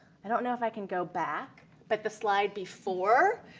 i don't know if i can go back but the slide before,